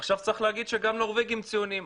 עכשיו צריך להגיד שגם הנורבגים ציוניים.